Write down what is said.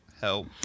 help